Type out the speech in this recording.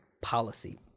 policy